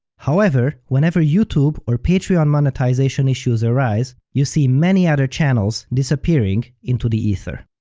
however, whenever youtube or patreon monetization issues arise, you see many other channels disappearing into the ether.